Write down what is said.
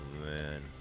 man